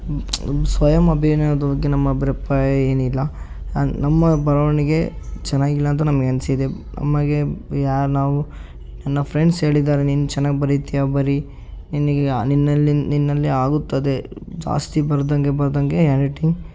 ಸ್ವಯಂ ಅಭಿನಯದ ಬಗ್ಗೆ ನಮ್ಮ ಅಭಿಪ್ರಾಯ ಏನಿಲ್ಲ ನಮ್ಮ ಬರವಣಿಗೆ ಚೆನ್ನಾಗಿಲ್ಲ ಅಂದು ನಮಗೆ ಅನ್ಸಿದೆ ನಮಗೆ ಯಾ ನಾವು ನನ್ನ ಫ್ರೆಂಡ್ಸ್ ಹೇಳಿದ್ದಾರೆ ನೀನು ಚೆನ್ನಾಗಿ ಬರಿತೀಯ ಬರಿ ನಿನಗೆ ನಿನ್ನಲ್ಲಿ ನಿನ್ನಲ್ಲಿ ಆಗುತ್ತದೆ ಜಾಸ್ತಿ ಬರ್ದಂಗೆ ಬರ್ದಂಗೆ ಹ್ಯಾಂಡ್ ರೈಟಿಂಗ್